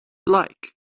like